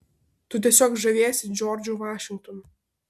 tu tiesiog žaviesi džordžu vašingtonu